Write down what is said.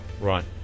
Right